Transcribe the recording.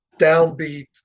downbeat